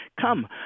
come